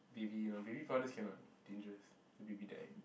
baby no baby products cannot dangerous after baby die